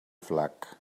flac